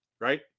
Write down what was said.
right